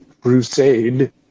crusade